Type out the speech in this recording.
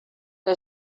que